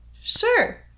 sure